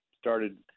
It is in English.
started